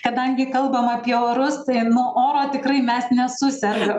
kadangi kalbam apie orus tai nuo oro tikrai mes nesusergam